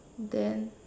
then